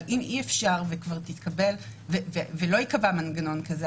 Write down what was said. אבל אם אי-אפשר ולא ייקבע מנגנון כזה,